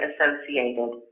associated